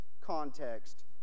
context